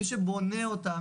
מי שבונה אותה,